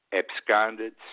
absconded